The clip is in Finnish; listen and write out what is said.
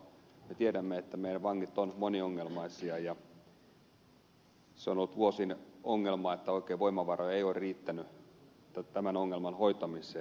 me tiedämme että meidän vankimme ovat moniongelmaisia ja se on ollut vuosien ongelma että oikein voimavaroja ei ole riittänyt tämän ongelman hoitamiseen